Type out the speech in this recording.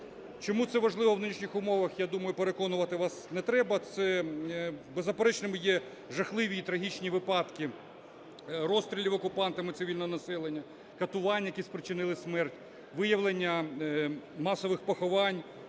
Чому це важливо в нинішніх умовах, я думаю, переконувати вас не треба. Це беззаперечними є жахливі і трагічні випадки розстрілів окупантами цивільного населення, катувань, які спричинили смерть, виявлення масових поховань.